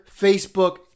Facebook